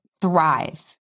thrives